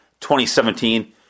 2017